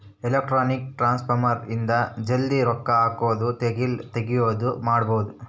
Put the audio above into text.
electronic transfer ಇಂದ ಜಲ್ದೀ ರೊಕ್ಕ ಹಾಕೋದು ತೆಗಿಯೋದು ಮಾಡ್ಬೋದು